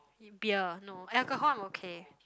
beer no alcohol I'm okay